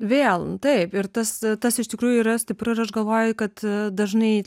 vėl taip ir tas tas iš tikrųjų yra stipru ir aš galvoju kad dažnai